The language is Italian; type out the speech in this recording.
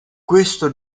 questo